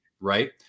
right